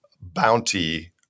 bounty